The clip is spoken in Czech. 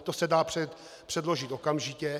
To se dá předložit okamžitě.